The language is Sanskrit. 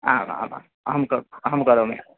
आमामा अहं करोमि अहं करोमि